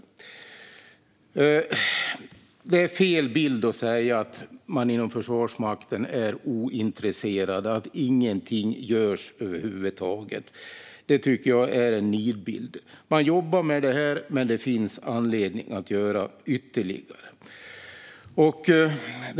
Det är att ge fel bild att säga att man inom Försvarsmakten är ointresserad och att ingenting görs över huvud taget. Det tycker jag är en nidbild. Man jobbar med detta, men det finns anledning att göra ytterligare.